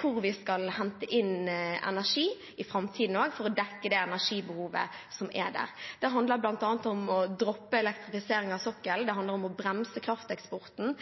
hvor vi skal hente inn energi, også i framtiden, for å dekke det energibehovet som er. Det handler bl.a. om å droppe elektrifisering av sokkelen, det handler om å bremse krafteksporten,